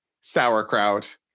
sauerkraut